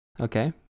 Okay